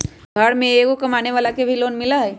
घर में एगो कमानेवाला के भी लोन मिलहई?